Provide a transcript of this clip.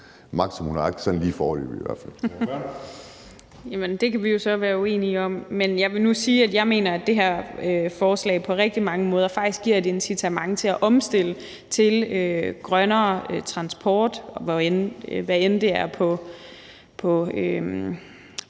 Mai Villadsen (EL): Jamen det kan vi jo så være uenige om. Men jeg vil nu sige, at jeg faktisk mener, at det her forslag på rigtig mange måder giver et incitament til at omstille til grønnere transport – hvad enten det er på